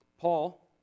Paul